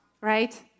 right